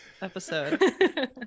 episode